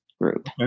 group